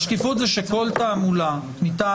חלק מהרעיון של דיני המגן זה שהעובד לא צריך לרדוף אחרי